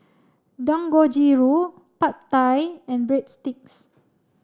Dangojiru Pad Thai and Breadsticks